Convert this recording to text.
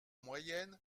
moyenne